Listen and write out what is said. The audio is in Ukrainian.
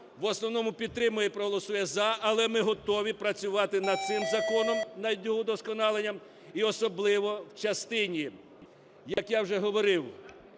в основному підтримує і проголосує "за", але ми готові працювати над цим законом, над його удосконаленням, і особливо в частині, як я вже говорив,